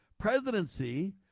Presidency